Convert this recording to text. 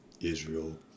Israel